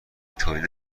تولید